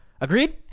Agreed